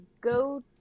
go